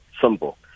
Simple